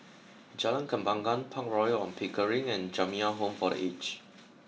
Jalan Kembangan Park Royal on Pickering and Jamiyah Home for the aged